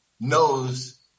knows